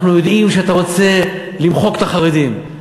אנחנו יודעים שאתה רוצה למחוק את החרדים,